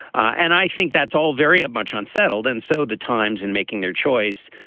and i think that's all very ah much unsettled. and so the times in making their choice,